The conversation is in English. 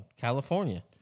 California